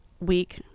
week